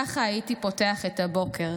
ככה הייתי פותח את הבוקר,